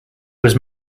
was